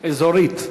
אזורית.